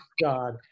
God